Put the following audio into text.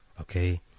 Okay